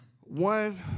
One